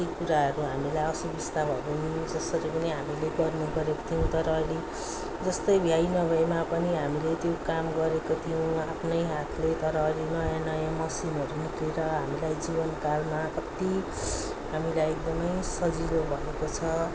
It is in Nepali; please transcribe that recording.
कति कुराहरू हामीलाई असुविस्ता भए पनि जसरी पनि हामीले गर्नु परेको थियो तर अहिले जस्तै भ्याइ नभ्याइमा पनि हामीले त्यो काम गरेको थियौँ आफ्नै हातले तर अहिले नयाँ नयाँ मसिनहरू निक्लेर हामीलाई जीवनकालमा कति हामीलाई एकदमै सजिलो भएको छ